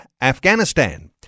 Afghanistan